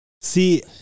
See